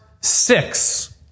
six